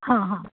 હા હં